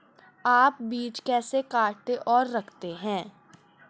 आप बीज कैसे काटते और रखते हैं?